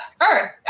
Earth